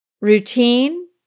routine